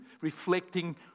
reflecting